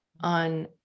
on